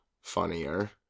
funnier